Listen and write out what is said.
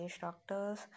doctors